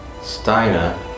Steiner